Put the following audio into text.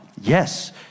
Yes